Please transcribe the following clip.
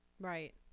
right